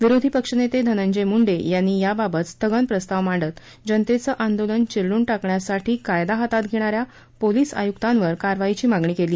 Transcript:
विरोधी पक्षनेते धनंजय मुंडे यांनी याबाबत स्थगन प्रस्ताव मांडत जनतेचं आंदोलन चिरडून टाकण्यासाठी कायदा हातात घेणाऱ्या पोलीस आयुक्तांवर कारवाईची मागणी केली